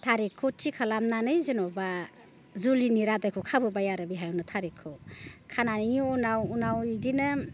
थारिगखौ थि खालामनानै जेनेबा जुलिनि रादायखौ खाबोबाय आरो बेहायावनो थारिगखौ खानायनि उनाव उनाव बिदिनो